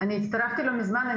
הצטרפתי לא מזמן,